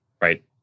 right